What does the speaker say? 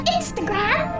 Instagram